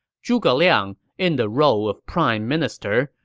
zhuge liang, in the role of prime minister,